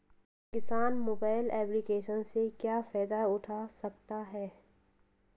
किसान mobile application से क्या फायदा उठा सकता है?